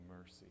mercy